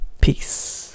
Peace